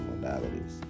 modalities